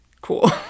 cool